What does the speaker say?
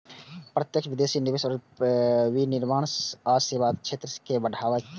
प्रत्यक्ष विदेशी निवेश विनिर्माण आ सेवा क्षेत्र कें बढ़ावा दै छै